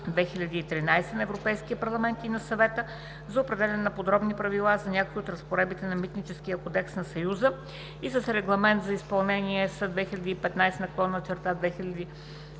952/2013 на Европейския парламент и на Съвета за определяне на подробни правила за някои от разпоредбите на Митническия кодекс на Съюза и с Регламент за изпълнение (ЕС) 2015/2447 на Комисията